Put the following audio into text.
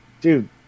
dude